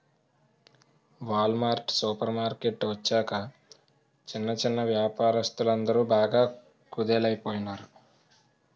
wall mart super market వచ్చాక చిన్న చిన్నా వ్యాపారస్తులందరు బాగా కుదేలయిపోనారు